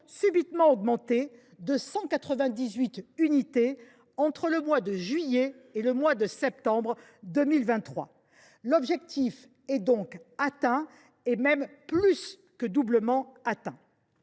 subitement augmenté de 198 unités entre les mois de juillet et de septembre 2023. L’objectif est donc plus que doublement atteint.